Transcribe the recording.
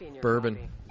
bourbon